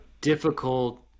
difficult